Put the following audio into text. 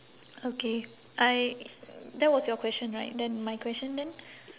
okay I that was your question right then my question then